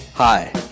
Hi